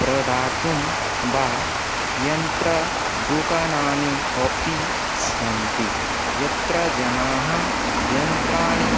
प्रदातुं वा यन्त्रदुकानानि अपि सन्ति यत्र जनाः यन्त्राणि